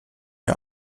mir